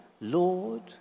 Lord